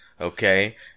Okay